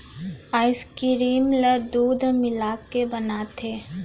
ice cream ल दूद मिलाके बनाथे